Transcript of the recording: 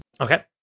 Okay